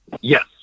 Yes